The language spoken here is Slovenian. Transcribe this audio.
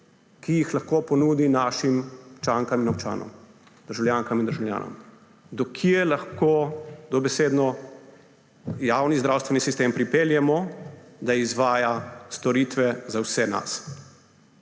ki jih lahko ponudi našim občankam in občanom, državljankam in državljanom, do kam lahko dobesedno javni zdravstveni sistem pripeljemo, da izvaja storitve za vse nas.